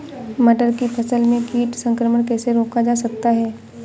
मटर की फसल में कीट संक्रमण कैसे रोका जा सकता है?